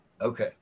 okay